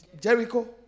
jericho